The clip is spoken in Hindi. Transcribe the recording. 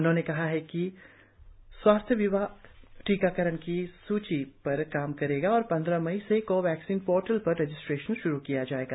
उन्होंने कहा है कि स्वास्थ्य विभाग टीकाकरण की सूची पर काम करेगा और पंद्रह मई से कोविन पोर्टल पर रजिस्ट्रेशन श्रू किया जाएगा